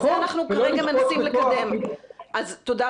נכון.